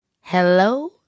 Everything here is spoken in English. Hello